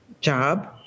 job